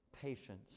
patience